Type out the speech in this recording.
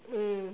mm